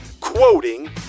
quoting